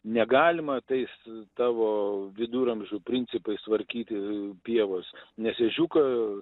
negalima tais tavo viduramžių principais tvarkyti pievos nes ežiuką